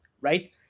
right